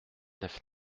neuf